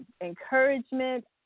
encouragement